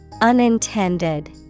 Unintended